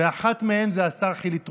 ואחת מהן זה השר חילי טרופר.